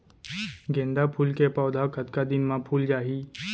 गेंदा फूल के पौधा कतका दिन मा फुल जाही?